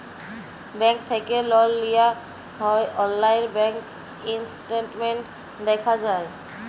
bank থ্যাকে লল লিয়া হ্যয় অললাইল ব্যাংক ইসট্যাটমেল্ট দ্যাখা যায়